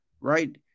right